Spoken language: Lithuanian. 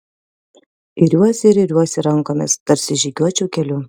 iriuosi ir iriuosi rankomis tarsi žygiuočiau keliu